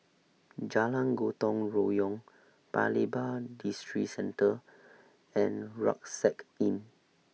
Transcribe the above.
Jalan Gotong Royong Paya Lebar Districentre and Rucksack Inn